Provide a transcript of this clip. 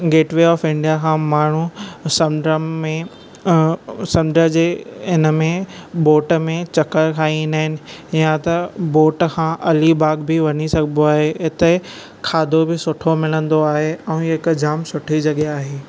gateway of India खां माण्हू समुंड में समुंड जे इन में बोट में चकरु खाई ईंदा आहिनि या त बोट खां अलीबाॻु बि वञी सघिबो आहे इते खाधो बि सुठो मिलंदो आहे ऐं हीअ हिक जामु सुठी जॻहि आहे